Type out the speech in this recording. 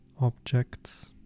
objects